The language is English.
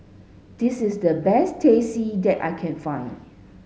this is the best Teh C that I can find